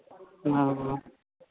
हाँ